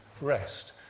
rest